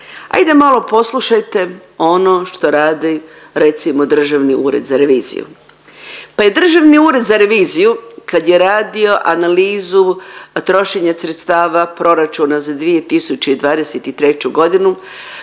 Ajde malo poslušajte ono što radi recimo Državni ured za reviziju. Pa je Državni ured za reviziju kad je radio analizu trošenja sredstava proračuna za 2023. godinu